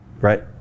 Right